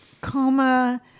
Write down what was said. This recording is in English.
coma